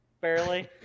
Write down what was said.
Barely